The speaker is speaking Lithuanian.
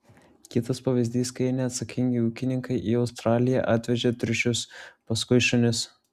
kitas pavyzdys kai neatsakingi ūkininkai į australiją atvežė triušius paskui šunis